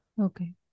Okay